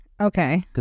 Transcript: Okay